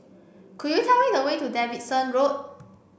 could you tell me the way to Davidson Road